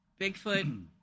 Bigfoot